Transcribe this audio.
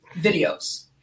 videos